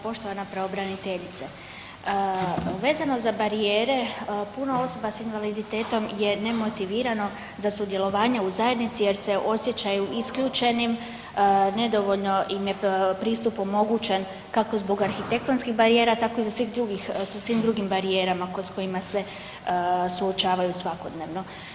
Poštovana pravobraniteljice, vezano za barijere puno osoba s invaliditetom je nemotivirano za sudjelovanje u zajednici jer se osjećaju isključenim, nedovoljno im je pristup omogućen kako zbog arhitektonskih barijera, tako i sa svim drugim barijerama s kojima suočavaju svakodnevno.